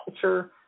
culture